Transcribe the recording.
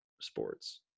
sports